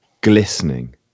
glistening